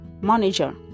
manager